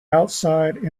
outside